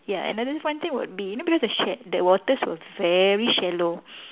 ya another fun thing would be you know because the water sha~ the waters were very shallow